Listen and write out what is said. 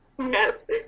Yes